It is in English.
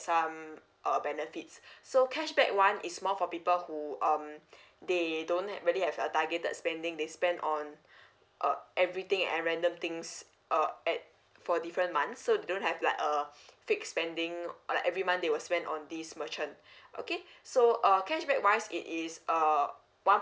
some err benefits so cashback one is more for people who um they don't h~ really have a targeted spending they spend on err everything and random things uh at for different months so don't have like a fixed spending or like every month they will spend on this merchant okay so a cashback wise it is err one